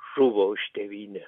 žuvo už tėvynę